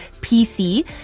PC